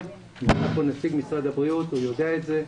יושב כאן נציג משרד הבריאות והוא יודע את זה.